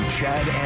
Chad